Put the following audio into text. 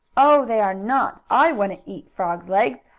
oh, they are not! i wouldn't eat frogs' legs.